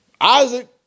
Isaac